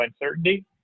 uncertainty